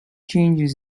changes